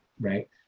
right